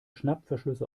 schnappverschlüsse